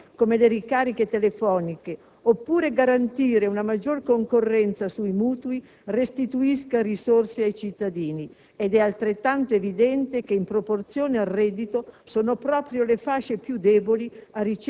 Sono tante le spese che questo decreto permette di ridurre, aumentando la concorrenza e senza costi per il bilancio pubblico. È evidente come eliminare oboli impropri, come le ricariche telefoniche,